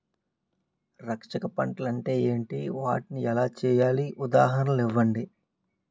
రక్షక పంటలు అంటే ఏంటి? వాటిని ఎలా వేయాలి? ఉదాహరణలు ఇవ్వండి?